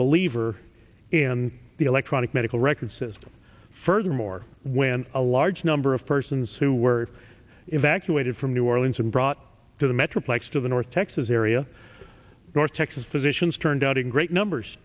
believer in the electronic medical records system furthermore when a large number of persons who were evacuated from new orleans and brought to the metroplex to the north texas area north texas physicians turned out in great numbers